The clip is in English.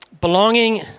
Belonging